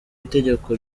itegeko